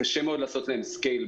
קשה מאוד לעשות להם סקייל,